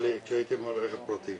אז תודה לאלון על הבחירה היפה הזאת.